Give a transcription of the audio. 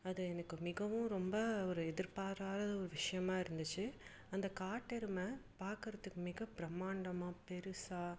அது எனக்கு மிகவும் ரொம்ப ஒரு எதிர்ப்பாராத ஒரு விஷயமா இருந்துச்சு அந்த காட்டெருமை பார்க்கறதுக்கு மிக பிரமாண்டமாக பெருசாக